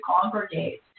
congregate